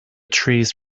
trees